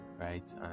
right